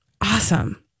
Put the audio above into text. Awesome